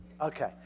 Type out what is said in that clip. Okay